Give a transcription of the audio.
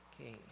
okay